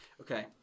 Okay